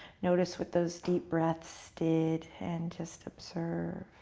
notice what those deep breaths did, and just observe.